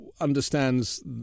understands